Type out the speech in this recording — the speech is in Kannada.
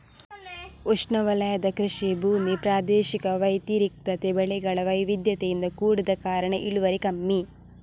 ಉಷ್ಣವಲಯದ ಕೃಷಿ ಭೂಮಿ ಪ್ರಾದೇಶಿಕ ವ್ಯತಿರಿಕ್ತತೆ, ಬೆಳೆಗಳ ವೈವಿಧ್ಯತೆಯಿಂದ ಕೂಡಿದ ಕಾರಣ ಇಳುವರಿ ಕಮ್ಮಿ